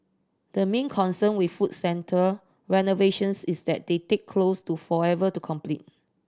the main concern with food centre renovations is that they take close to forever to complete